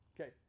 Okay